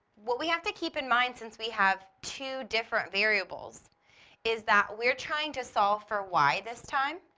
we have to keep in mind since we have two different variables is that were trying to solve for y this time,